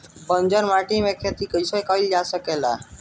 बंजर माटी में खेती कईसे कईल जा सकेला?